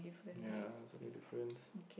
ya sorry difference